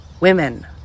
Women